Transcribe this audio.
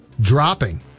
dropping